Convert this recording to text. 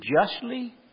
justly